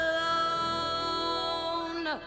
Alone